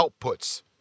outputs